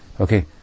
Okay